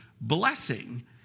blessing